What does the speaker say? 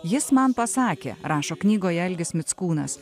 jis man pasakė rašo knygoje algis mickūnas